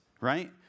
right